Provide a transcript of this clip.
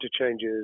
interchanges